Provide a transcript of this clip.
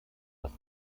dass